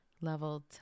level